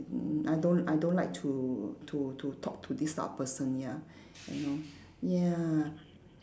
mm I don't I don't like to to to talk to this type of person ya you know ya